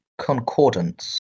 concordance